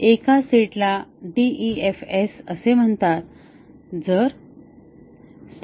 एका सेटला DEF S असे म्हणतात